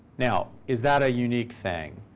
now, is that a unique thing?